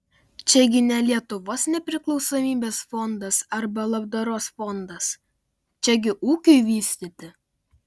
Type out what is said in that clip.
čiagi ne lietuvos nepriklausomybės fondas arba labdaros fondas čiagi ūkiui vystyti